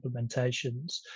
implementations